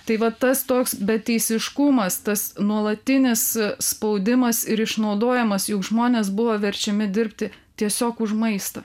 tai vat tas toks beteisiškumas tas nuolatinis spaudimas ir išnaudojimas juk žmonės buvo verčiami dirbti tiesiog už maistą